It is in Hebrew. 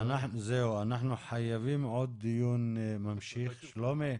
זהו, אנחנו חייבים עוד דיון המשך, שלומי.